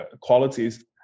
qualities